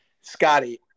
scotty